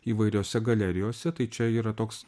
įvairiose galerijose tai čia yra toks